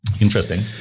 interesting